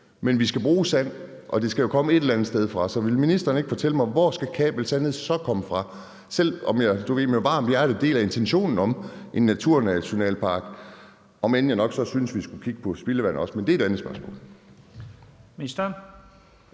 men vi skal bruge sand, og det skal jo komme et eller andet sted fra. Så vil ministeren ikke fortælle mig, hvor kabelsandet så skal komme fra? Jeg deler med et varmt hjerte intentionen om en naturnationalpark, om end jeg så synes, at vi også skulle kigge på spildevand, men det er et andet spørgsmål.